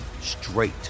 straight